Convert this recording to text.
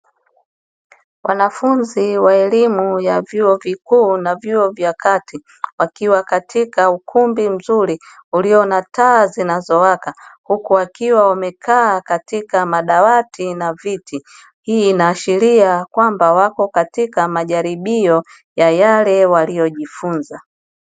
Wanafunzi wa elimu ya vyuo vikuu na vyuo vya kati wakiwa katika ukumbi mzuri ulio na taa zinazowaka, huku wakiwa wamekaa katika madawati na viti. Hii inaashiria kwamba wako katika majaribio ya yale waliojifunza.